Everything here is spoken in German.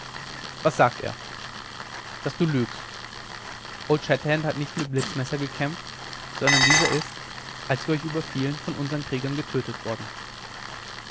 was sagte er daß du lügst old shatterhand hat nicht mit blitzmesser gekämpft sondern dieser ist als wir euch überfielen von unsern kriegern getötet worden